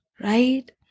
right